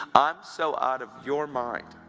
i'm so out of your mind